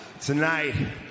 tonight